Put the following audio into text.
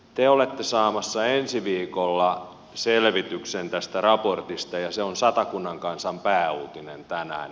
te olette saamassa ensi viikolla selvityksen tästä raportista ja se on satakunnan kansan pääuutinen tänään